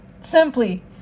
Simply